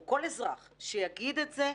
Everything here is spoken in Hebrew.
או כל אזרח שיגיד את זה,